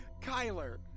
Kyler